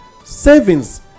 Savings